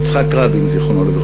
יצחק רבין ז"ל,